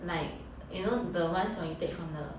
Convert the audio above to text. like you know the ones when you take from the